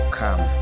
come